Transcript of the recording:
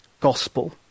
gospel